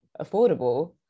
affordable